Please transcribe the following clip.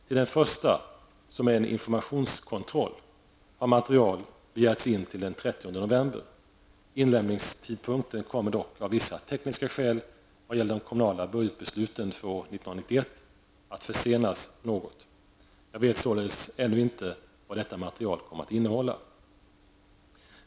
Till den första -- som är en informationskontroll -- har material begärts in till den 30 november. Inlämningstidpunkten kommer dock av vissa tekniska skäl vad gäller de kommunala budgetbesluten för år 1991 att försenas något. Jag vet således ännu inte vad detta material kommer att innehålla.